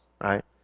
right